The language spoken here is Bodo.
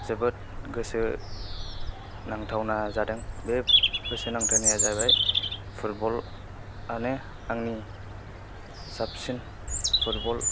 जोबोद गोसो नांथावना जादों बे गोसो नांथायनाया जाहैबाय फुटबल आनो आंनि साबसिन फुटबल